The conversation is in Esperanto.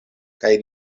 kaj